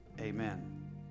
Amen